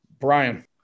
Brian